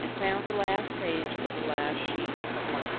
and found the last page of the last sheet a blank.